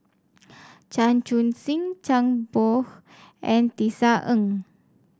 Chan Chun Sing Zhang Bohe and Tisa Ng